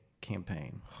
campaign